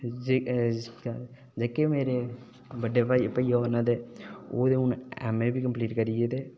जेह्के मेरे बड़े भाइया होर न ओह् ते हुन एमए बी कम्पलीट करी दे न